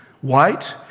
White